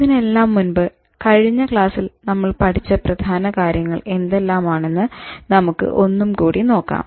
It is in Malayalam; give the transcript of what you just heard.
അതിനെല്ലാം മുൻപ് കഴിഞ്ഞ ക്ലാസ്സിൽ നമ്മൾ പഠിച്ച പ്രധാന കാര്യങ്ങൾ എന്തെല്ലാമാണെന്ന് നമുക്ക് ഒന്നും കൂടി നോക്കാം